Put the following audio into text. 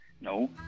No